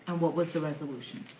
and what was the resolution?